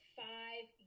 five